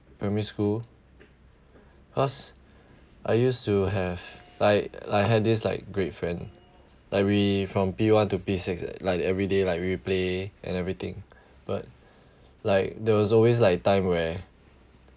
primary school cause I used to have like I had this like great friend like we from P one to P six like every day like we play and everything but like there was always like time where